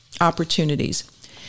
opportunities